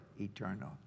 eternal